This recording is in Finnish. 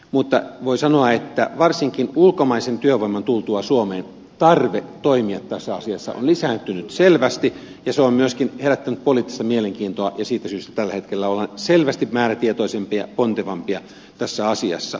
mutta voi sanoa että varsinkin ulkomaisen työvoiman tultua suomeen tarve toimia tässä asiassa on lisääntynyt selvästi ja se on myöskin herättänyt poliittista mielenkiintoa ja siitä syystä tällä hetkellä ollaan selvästi määrätietoisempia pontevampia tässä asiassa